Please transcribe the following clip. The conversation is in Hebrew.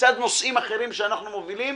לצד נושאים אחרים שאנחנו מובילים,